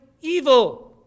evil